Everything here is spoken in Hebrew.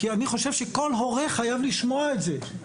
כי אני חושב שכל הורה חייב לשמוע את זה.